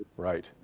right.